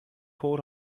four